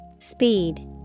Speed